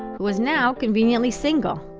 who was now, conveniently, single.